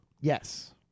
Yes